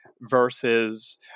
versus